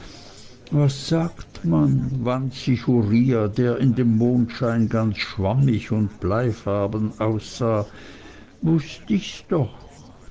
was sagt man wand sich uriah der in dem mondschein ganz schwammig und bleifarben aussah wußt ichs doch